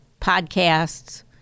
podcasts